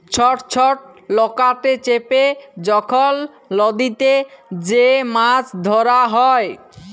ছট ছট লকাতে চেপে যখল লদীতে যে মাছ ধ্যরা হ্যয়